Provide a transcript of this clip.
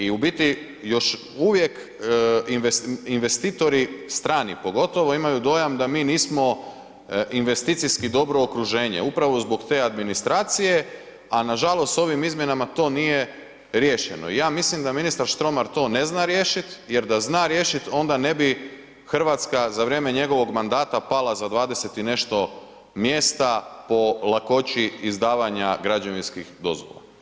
I u biti još uvijek investitori, strani pogotovo imaju dojam da mi nismo investicijski dobro okruženje upravo zbog te administracije, a nažalost s ovim izmjenama to nije riješeno i ja mislim da ministar Štromar to ne zna riješiti jer da zna riješiti onda ne bi Hrvatska za vrijeme njegovog mandata pala za 20 i nešto mjesta po lakoći izdavanja građevinskih dozvola.